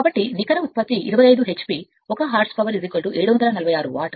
కాబట్టి నికర ఉత్పత్తి 25 h p 1 horsepower 746 what